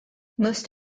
most